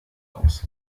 aus